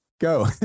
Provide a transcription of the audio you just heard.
Go